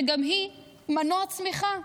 שגם היא מנוע צמיחה.